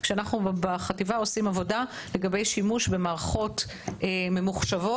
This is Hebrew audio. אנחנו בחטיבה עושים עבודה לגבי שימוש במערכות ממוחשבות